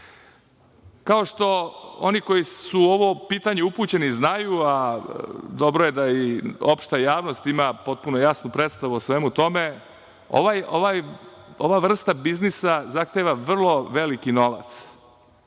Kao što oni koji su u ovo pitanje upućeni i znaju, a dobro je da i opšta javnost ima potpuno jasnu predstavu o svemu tome, ova vrsta biznisa zahteva vrlo veliki novac.